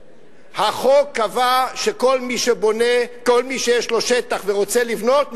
החוק קבע שכל מי שיש לו שטח ורוצה לבנות,